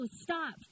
stop